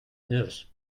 nurse